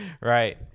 Right